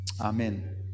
Amen